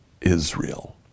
Israel